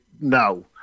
now